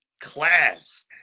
class